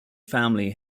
family